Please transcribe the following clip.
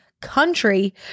country